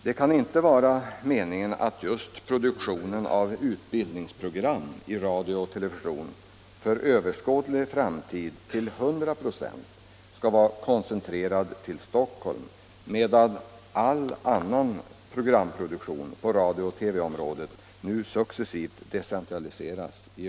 Det kan inte vara meningen att just produktionen av utbildningsprogram i radio och television för överskådlig framtid till hundra procent skall vara koncentrerad till Stockholm medan all annan programproduktion på radiooch TV-området i ökad omfattning successivt decentraliseras.